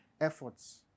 efforts